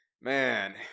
man